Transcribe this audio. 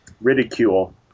ridicule